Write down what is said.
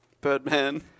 Birdman